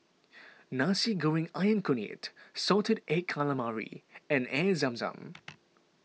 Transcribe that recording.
Nasi Goreng Ayam Kunyit Salted Egg Calamari and Air Zam Zam